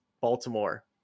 Baltimore